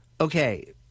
okay